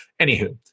Anywho